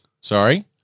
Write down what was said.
sorry